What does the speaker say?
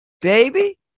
baby